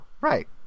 Right